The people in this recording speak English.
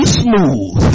smooth